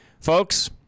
folks